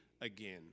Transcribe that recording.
again